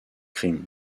crimes